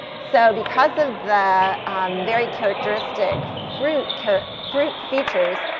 so because of the very characteristic fruit fruit features,